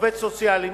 עובד סוציאלי,